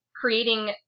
creating